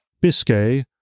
Biscay